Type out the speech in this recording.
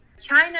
China